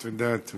תודה, תודה.